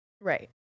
Right